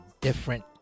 different